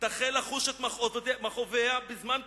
"תחל לחוש את מכאוביה בזמן קרוב.